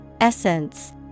Essence